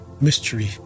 mystery